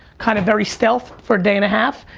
kind of very stealth for a day and a half,